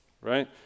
right